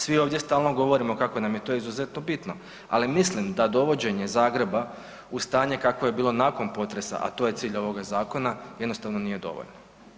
Svi ovdje stalno govorimo kako nam je to izuzetno bitno, ali mislim da dovođenje Zagreba u stanje kakvo je bilo nakon potresa, a to je cilj ovoga zakona jednostavno nije dovoljno.